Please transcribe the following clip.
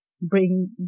bring